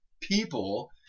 people